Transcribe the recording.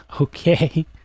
okay